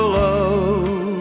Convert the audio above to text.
love